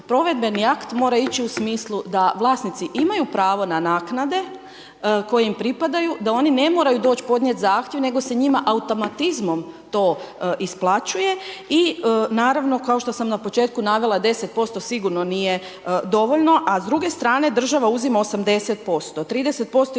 provedbeni akt mora ići u smislu da vlasnici imaju pravo na naknade koje im pripadaju da oni ne moraju doći podnijeti zahtjev nego se njima automatizmom to isplaćuje i naravno kao što sam na početku navela, 10% sigurno nije dovoljno a s druge strane, država uzima 80%. 30% ide